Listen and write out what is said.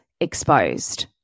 exposed